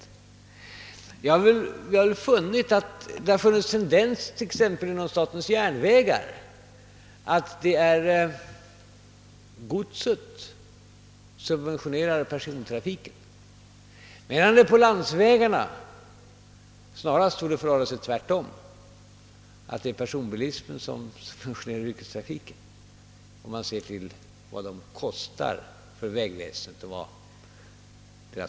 Tendensen har väl varit den, att inom t.ex. statens järnvägar godset fått subventionera persontrafiken, medan det på landsvägarna snarast torde förhålla sig tvärtom — där är det personbilismen som subventionerar yrkestrafiken, om man ser till vad den senare kategorin kostar vägväsendet och vilken belastning på vägnätet som den utgör.